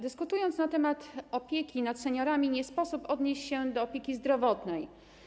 Dyskutując na temat opieki nad seniorami, nie sposób nie odnieść się do kwestii opieki zdrowotnej.